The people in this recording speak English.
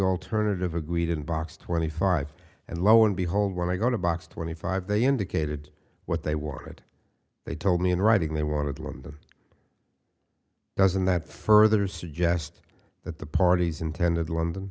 alternative agreed in box twenty five and lo and behold when i got a box twenty five they indicated what they wanted they told me in writing they wanted london doesn't that further suggest that the parties intended l